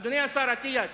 אדוני השר אטיאס,